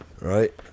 Right